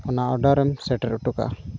ᱚᱱᱟ ᱚᱰᱟᱨᱮᱢ ᱥᱮᱴᱮᱨ ᱦᱚᱴᱚ ᱠᱟᱜᱼᱟ